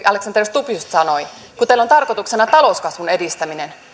alexander stubb just sanoi kun teillä on tarkoituksena talouskasvun edistäminen niin